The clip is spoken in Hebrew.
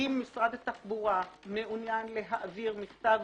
האם משרד התחבורה מעוניין להעביר מכתב